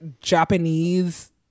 Japanese